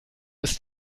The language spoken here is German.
ist